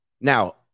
Now